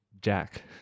Jack